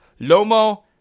Lomo